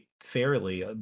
fairly